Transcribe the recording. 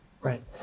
Right